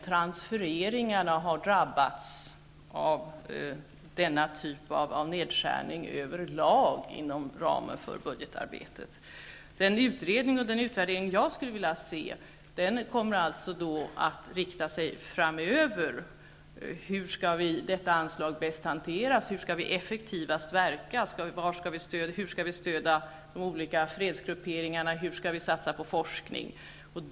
Transfereringarna har inom ramen för budgetarbetet över lag drabbats av denna typ av nedskärning. Den utvärdering som jag skulle vilja se riktar sig framöver. Hur skall detta anslag bäst hanteras? Hur skall vi bedriva verksamheten effektivast? Hur skall vi stödja de olika fredsgrupperna? Hur skall vi satsa på forskning?